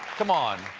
come on,